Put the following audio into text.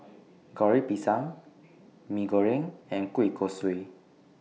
Goreng Pisang Mee Goreng and Kueh Kosui